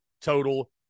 total